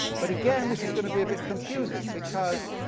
but again, this is going to be a bit confusing because